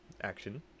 action